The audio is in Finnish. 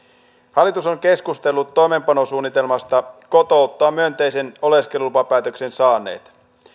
hallitus on keskustellut toimeenpanosuunnitelmasta kotouttaa myönteisen oleskelulupapäätöksen saaneita